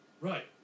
Right